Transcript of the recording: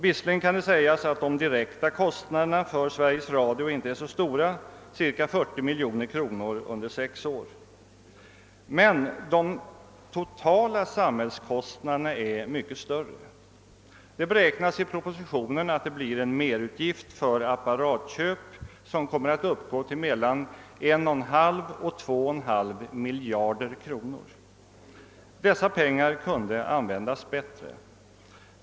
Visserligen kan det sägas att de direkta kostnaderna för Sveriges Radio inte är så värst stora — det rör sig om cirka 40 miljoner under sex år — men de totala samhällskostnaderna är mycket större. Det beräknas i propositionen att det blir en merutgift för apparatköp som kommer att uppgå till mellan 11 3 miljarder kronor. Dessa pengar kunde användas bättre.